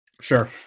Sure